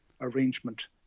arrangement